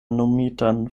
nomitan